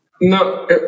No